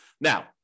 Now